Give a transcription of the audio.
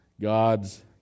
God's